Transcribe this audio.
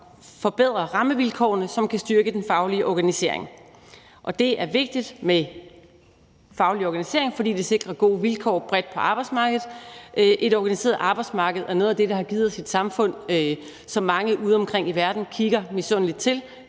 forbedre rammevilkårene, som kan styrke den faglige organisering, og det er vigtigt med en faglig organisering, fordi det sikrer gode vilkår bredt på arbejdsmarkedet. Et organiseret arbejdsmarked er noget af det, der har givet os et samfund, som mange udeomkring i verden kigger misundeligt til,